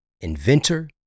inventor